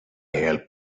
help